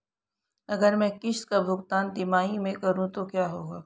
अगर मैं किश्त का भुगतान तिमाही में करूं तो क्या होगा?